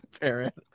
parent